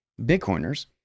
Bitcoiners